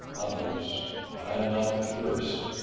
others, i am not the first,